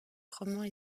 romans